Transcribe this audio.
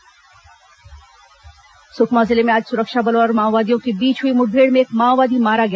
माओवादी म्ठभेड़ सुकमा जिले में आज सुरक्षा बलों और माओवादियों के बीच हुई मुठभेड़ में एक माओवादी मारा गया